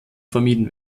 vermieden